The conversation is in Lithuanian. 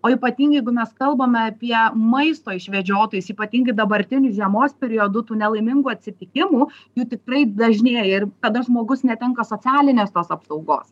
o ypatingai jeigu mes kalbame apie maisto išvedžiotojus ypatingai dabartiniu žiemos periodu tų nelaimingų atsitikimų jų tikrai dažnėja ir kada žmogus netenka socialinės tos apsaugos